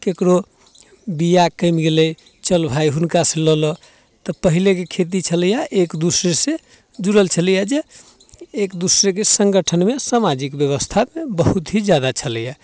ककरो बिआ कमि गेलै चल भाइ हुनकासँ लऽ ले तऽ पहिलेके खेती छलैए एक दोसरासँ जुड़ल छलैए एक दोसराके सङ्गठनमे सामाजिक बेबस्थामे बहुत ही ज्यादा छलैए